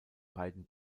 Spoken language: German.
beiden